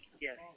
Yes